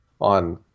on